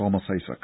Thomas Isaac